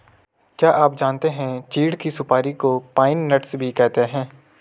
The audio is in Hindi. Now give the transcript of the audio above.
क्या आप जानते है चीढ़ की सुपारी को पाइन नट्स भी कहते है?